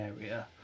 area